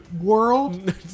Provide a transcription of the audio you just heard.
world